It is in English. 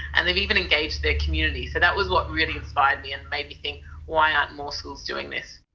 and they've even engaged their community, so that was what really inspired me and made me think why aren't more schools doing this?